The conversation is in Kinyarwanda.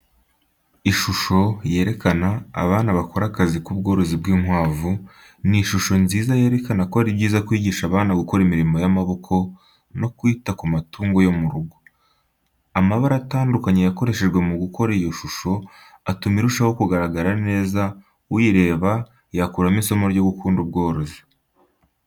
Ishusho yerekana abana bakora akazi k'ubworozi bw'inkwavu, ni ishusho nziza yerekana ko ari byiza kwigisha abana gukora imirimo y'amaboko no kwita k'umatungo yo mu rugo. Amabara atandukanye yakoreshejwe mu gukora iyo shusho atuma irushaho kugaragara neza uyireba yakuramo isomo ryo gukunda ubworozi.